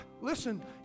Listen